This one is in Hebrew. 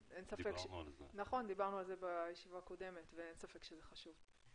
דיברנו על זה בישיבה הקודמת ואין ספק שזה חשוב.